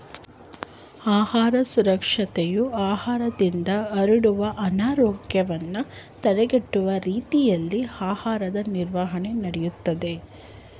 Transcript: ಆಹಾರ ಸುರಕ್ಷತೆಯು ಆಹಾರದಿಂದ ಹರಡುವ ಅನಾರೋಗ್ಯವನ್ನು ತಡೆಗಟ್ಟುವ ರೀತಿಯಲ್ಲಿ ಆಹಾರದ ನಿರ್ವಹಣೆ ಮಾಡ್ತದೆ